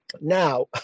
Now